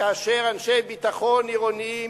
כאשר אנשי ביטחון עירוניים,